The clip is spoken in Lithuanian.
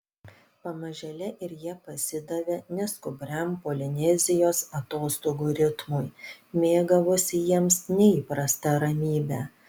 pamažėle ir jie pasidavė neskubriam polinezijos atostogų ritmui mėgavosi jiems neįprasta ramybe